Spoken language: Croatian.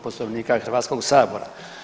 Poslovnika Hrvatskog sabora.